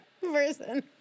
person